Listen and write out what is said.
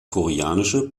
koreanische